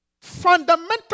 fundamental